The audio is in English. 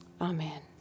Amen